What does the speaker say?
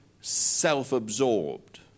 self-absorbed